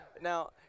Now